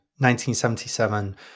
1977